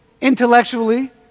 intellectually